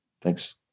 Thanks